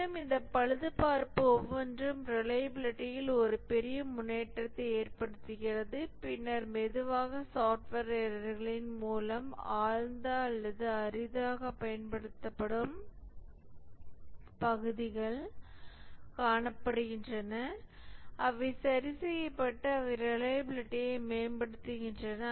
மேலும் அந்த பழுதுபார்ப்பு ஒவ்வொன்றும் ரிலையபிலிடியில் ஒரு பெரிய முன்னேற்றத்தை ஏற்படுத்துகிறது பின்னர் மெதுவாக சாப்ட்வேர் எரர்களின் மிகவும் ஆழ்ந்த அல்லது அரிதாகப் பயன்படுத்தப்படும் பகுதிகள் காணப்படுகின்றன அவை சரி செய்யப்பட்டு அவை ரிலையபிலிடியை மேம்படுத்துகின்றன